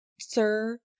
sir